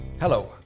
Hello